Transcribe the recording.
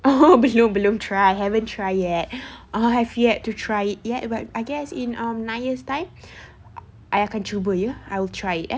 oh belum belum try haven't try yet oh have yet to try it yet but I guess in um nine years time I akan cuba ya I'll try it